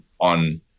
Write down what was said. on